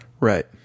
Right